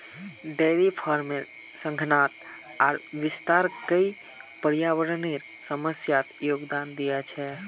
dairy फार्मेर सघनता आर विस्तार कई पर्यावरनेर समस्यात योगदान दिया छे